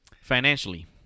Financially